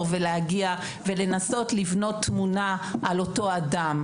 ולהגיע ולנסות לבנות תמונה על אותו אדם.